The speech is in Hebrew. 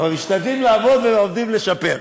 אבל משתדלים לעבוד, ועובדים לשפר.